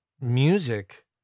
music